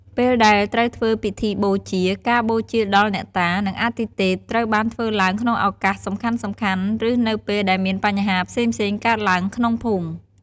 ពេលដែលត្រូវធ្វើពិធីបូជា ការបូជាដល់អ្នកតា និងអាទិទេព ត្រូវបានធ្វើឡើងក្នុងឱកាសសំខាន់ៗ ឬនៅពេលដែលមានបញ្ហាផ្សេងៗកើតឡើងក្នុងភូមិ។